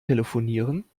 telefonieren